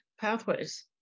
pathways